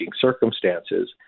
circumstances